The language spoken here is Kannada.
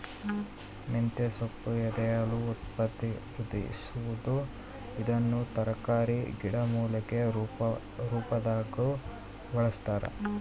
ಮಂತೆಸೊಪ್ಪು ಎದೆಹಾಲು ಉತ್ಪತ್ತಿವೃದ್ಧಿಸುವದು ಇದನ್ನು ತರಕಾರಿ ಗಿಡಮೂಲಿಕೆ ರುಪಾದಾಗೂ ಬಳಸ್ತಾರ